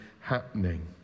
happening